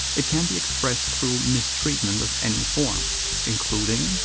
it can be expressed through mistreatment of any form including.